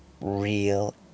real